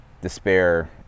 despair